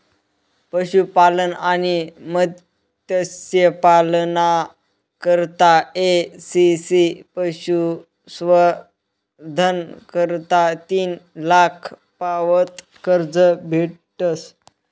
पशुपालन आणि मत्स्यपालना करता के.सी.सी पशुसंवर्धन करता तीन लाख पावत कर्ज भेटस